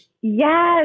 Yes